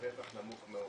ברווח נמוך מאוד.